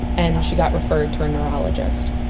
and she got referred to a neurologist.